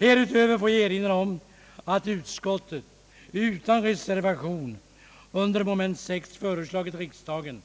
Härutöver får jag erinra om att utskottet utan reservation under punkten 6 föreslagit riksdagen